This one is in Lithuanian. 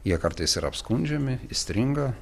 jie kartais ir apskundžiami įstringa